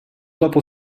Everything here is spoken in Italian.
dopo